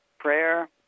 Prayer